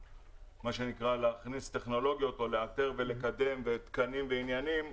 להכניס טכנולוגיות או לאתר ולקדם תקנים ועניינים,